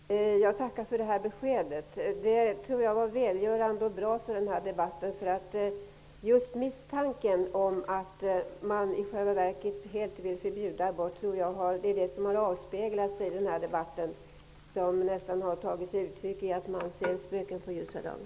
Herr talman! Jag tackar för det här beskedet, som jag tror är välgörande och bra för den debatten. Jag tror att det är just misstanken om att man i själva verket helt vill förbjuda abort som har avspeglat sig i den här debatten. Detta har tagit sig uttryck i att man närapå ser spöken på ljusan dag.